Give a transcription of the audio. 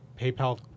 PayPal